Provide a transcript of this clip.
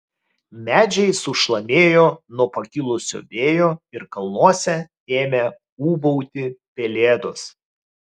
medžiai sušlamėjo nuo pakilusio vėjo ir kalnuose ėmė ūbauti pelėdos